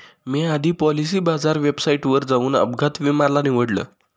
मी आधी Policybazaar वेबसाईटवर जाऊन अपघात विमा ला निवडलं